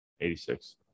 86